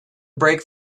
brake